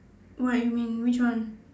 what you mean which one